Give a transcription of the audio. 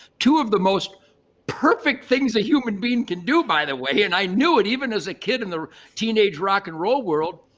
two of the most perfect things a human being can do by the way. and i knew it even as a kid, in the teenage rock and roll world,